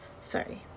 Sorry